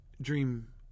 dream